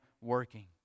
working